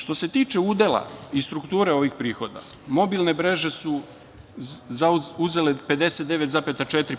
Što se tuče udela i strukture ovih prihoda, mobilne mreže su uzele 59,4%